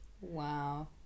Wow